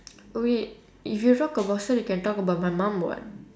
wait if you talk about cert you can talk about my mum [what]